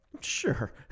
Sure